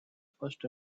first